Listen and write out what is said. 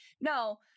No